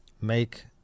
make